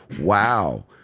Wow